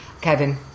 Kevin